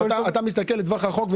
אתה מסתכל לטווח רחוק,